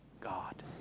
God